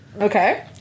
Okay